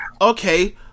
okay